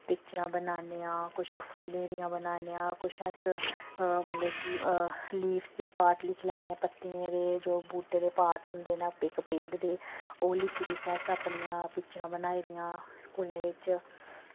पिक्चरां बन्नाने आं किश फुल्लें दियां बन्नाने आं किश अस मतलब कि लीफस दे पार्ट लिखी लैन्ने आं पत्तें दे जो बूह्टे दे पार्ट होंदे न इक पेड़ दे ओह् लिखी लिखियै अस अपनियां पिक्चरां बनाई दियां स्कूलें बिच्च